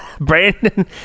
Brandon